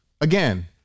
Again